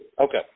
Okay